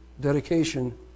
dedication